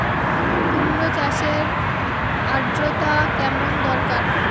কুমড়ো চাষের আর্দ্রতা কেমন দরকার?